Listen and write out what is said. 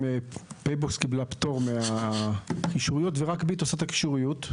PayBox קיבלה פטור מהקישוריות ורק ביט עושה את הקישוריות.